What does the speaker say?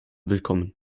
willkommen